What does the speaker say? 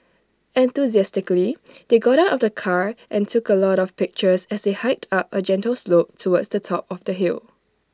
enthusiastically they got out of the car and took A lot of pictures as they hiked up A gentle slope towards the top of the hill